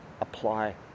apply